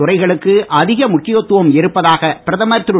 துறைகளுக்கு அதிக முக்கியத்துவம் இருப்பதாக பிரதமர் திரு